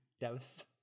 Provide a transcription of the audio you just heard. Dallas